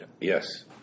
Yes